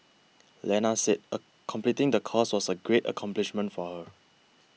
Lena said a completing the course was a great accomplishment for her